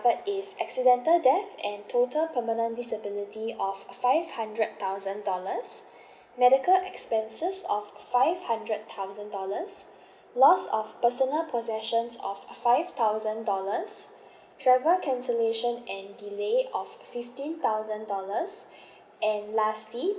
is accidental death and total permanent disability of five hundred thousand dollars medical expenses of five hundred thousand dollars loss of personal possessions of five thousand dollars travel cancellation and delay of fifteen thousand dollars and lastly